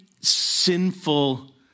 sinful